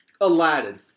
Aladdin